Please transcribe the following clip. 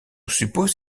suppose